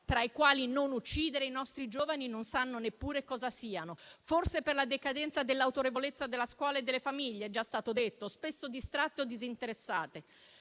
tra i quali non uccidere, i nostri giovani non sanno neppure cosa siano; forse per la decadenza dell'autorevolezza della scuola e delle famiglie - è già stato detto - spesso distratte o disinteressate.